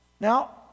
Now